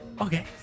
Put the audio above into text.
Okay